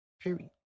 period